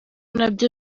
nabyo